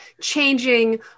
changing